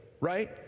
right